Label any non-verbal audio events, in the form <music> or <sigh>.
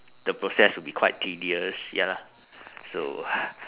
the process will be quite tedious ya lah so <breath>